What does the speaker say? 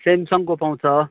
सेमसङको पाउँछ